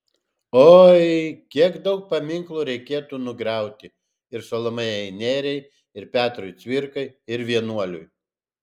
oi kiek daug paminklų reikėtų nugriauti ir salomėjai nėriai ir petrui cvirkai ir vienuoliui